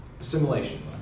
assimilation